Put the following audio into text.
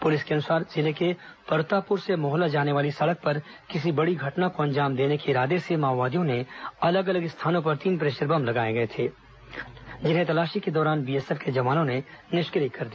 police के अनुसार जिले के परतापुर से मोहला जाने वाली सड़क पर किसी बड़ी घटना को अंजाम देने के इरादे से माओवादियों ने अलग अलग स्थानों पर तीन प्रेशर बम लगाए थे जिन्हें तलाशी के दौरान बीएसएफ के जवानों ने निष्क्रिय कर दिया